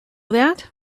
that